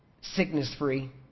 sickness-free